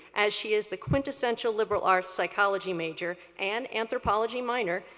as she is the quintessential liberal arts psychology major, and anthropology minor,